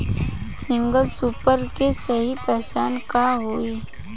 Single super के सही पहचान का हई?